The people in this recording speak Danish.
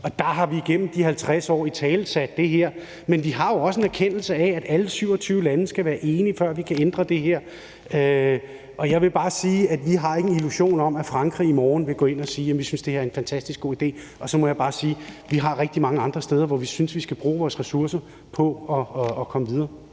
Vi har igennem de 50 år italesat det her, men vi har jo også en erkendelse af, at alle 27 lande skal være enige, før vi kan ændre det her. Og jeg vil bare sige, at vi ikke har nogen illusion om, at Frankrig i morgen vil gå ind og sige, at de synes, at det her er en fantastisk god idé. Og så må jeg bare sige, at der er rigtig mange andre steder, hvor vi synes vi skal bruge vores ressourcer og komme videre.